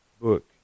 book